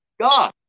God